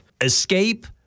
Escape